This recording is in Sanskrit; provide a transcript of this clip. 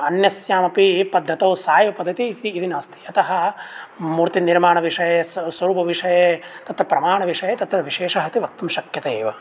अन्यस्याम् अपि पद्धतौ सा एव पद्धतिः इति इति नास्ति अतः मूर्तिनिर्माणविषये स्वरूपविषये तत्र प्रमाणविषये तत्र विशेषः इति वक्तुं शक्यते एव